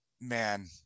man